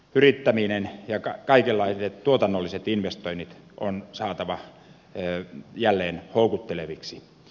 yrittäminen ja kaikenlaiset tuotannolliset investoinnit on saatava jälleen houkutteleviksi